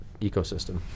ecosystem